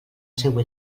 seua